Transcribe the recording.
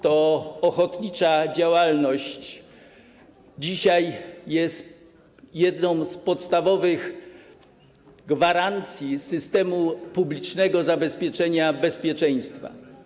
To ochotnicza działalność dzisiaj jest jedną z podstawowych gwarancji systemu publicznego zabezpieczenia, bezpieczeństwa.